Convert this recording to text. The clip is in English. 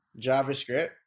javascript